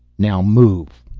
now move.